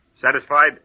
Satisfied